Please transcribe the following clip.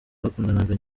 bakundanaga